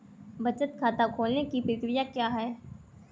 बचत खाता खोलने की प्रक्रिया क्या है?